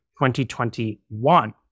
2021